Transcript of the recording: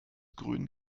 grün